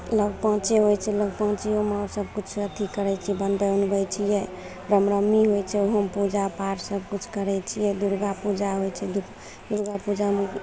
नाग पञ्चमी होइ छै नाग पञ्चमीमे हम सब किछु अथी करय छियै बनबय उनबय छियै रामनवमी होइ छै ओहोमे पूजा पाठ सब किछु करय छियै दुर्गा पूजा होइ छै दुर्गा पूजामे